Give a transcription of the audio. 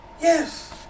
Yes